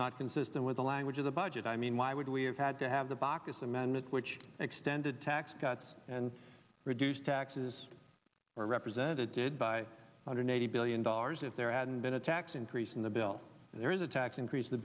not consistent with the language of the budget i mean why would we have had to have the baucus amendment which extended tax cuts and reduced taxes or represented did by hundred eighty billion dollars if there hadn't been a tax increase in the bill there is a tax increase the